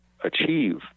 achieve